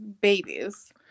babies